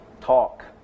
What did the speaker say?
talk